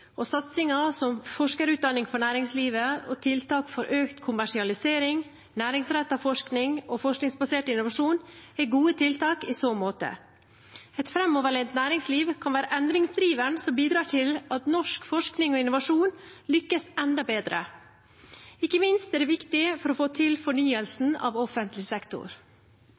og satsinger som forskerutdanning for næringslivet, tiltak for økt kommersialisering, næringsrettet forskning og forskningsbasert innovasjon er gode tiltak i så måte. Et framoverlent næringsliv kan være endringsdriveren som bidrar til at norsk forskning og innovasjon lykkes enda bedre. Ikke minst er det viktig for å få til fornyelsen av offentlig sektor.